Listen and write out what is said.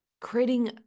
creating